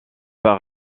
par